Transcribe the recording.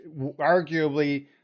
arguably